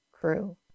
crew